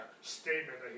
statement